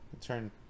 turn